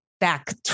back